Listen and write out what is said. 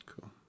Cool